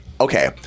Okay